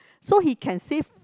so he can save